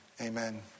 Amen